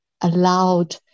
allowed